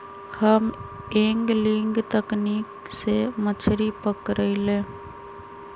हम एंगलिंग तकनिक से मछरी पकरईली